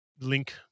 link